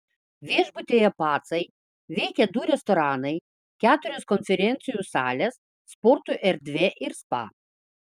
viešbutyje pacai veikia du restoranai keturios konferencijų salės sporto erdvė ir spa